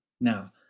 Now